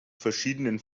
verschiedenen